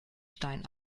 stein